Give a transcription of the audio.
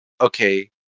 okay